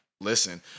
listen